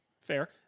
Fair